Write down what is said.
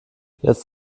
jetzt